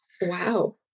Wow